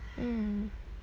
mm